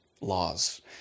laws